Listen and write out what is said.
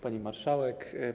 Pani Marszałek!